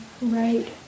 right